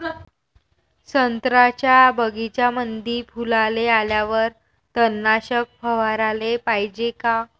संत्र्याच्या बगीच्यामंदी फुलाले आल्यावर तननाशक फवाराले पायजे का?